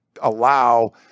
allow